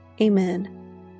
Amen